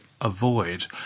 avoid